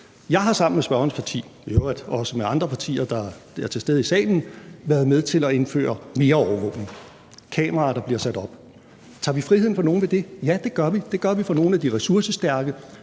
er til stede i salen – været med til at indføre mere overvågning, altså kameraer, der bliver sat op. Tager vi friheden fra nogen ved det? Ja, det gør vi. Det gør vi fra nogle af de ressourcestærke,